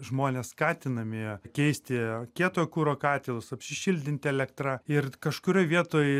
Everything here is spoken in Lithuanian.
žmonės skatinami keisti kieto kuro katilus apsišiltinti elektra ir kažkurioj vietoj